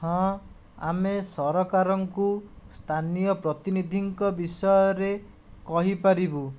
ହଁ ଆମେ ସରକାରଙ୍କୁ ସ୍ଥାନୀୟ ପ୍ରତିନିଧିଙ୍କ ବିଷୟରେ କହିପାରିବୁ